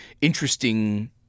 interesting